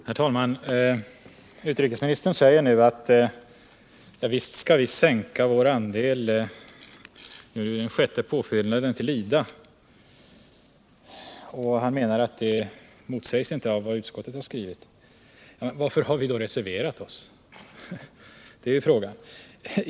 Herr talman! Utrikesministern säger nu att vi visst skall sänka vår andel vid den sjätte påfyllnaden av IDA. Han menar att det påståendet inte motsägs av vad utskottet har skrivit. Men varför har vi då reserverat oss?